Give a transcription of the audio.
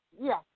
Yes